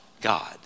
God